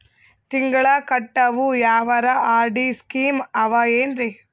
ತಿಂಗಳ ಕಟ್ಟವು ಯಾವರ ಆರ್.ಡಿ ಸ್ಕೀಮ ಆವ ಏನ್ರಿ?